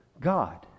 God